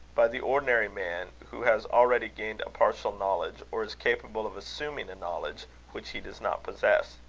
by the ordinary man who has already gained a partial knowledge, or is capable of assuming a knowledge which he does not possess.